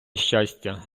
щастя